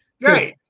Right